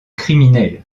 criminel